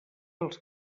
als